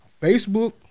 Facebook